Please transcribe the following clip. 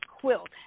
quilt